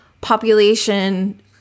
population